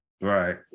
Right